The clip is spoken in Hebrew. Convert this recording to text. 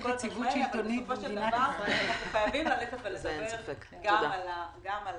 אבל בסופו של דבר אנחנו חייבים לדבר גם על